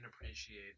appreciate